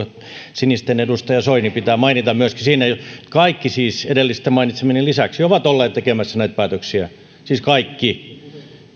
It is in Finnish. sinisten edustaja soini pitää mainita myöskin siis kaikki edellä mainitsemieni lisäksi ovat olleet tekemässä näitä päätöksiä siis kaikki